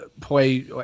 play